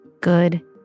good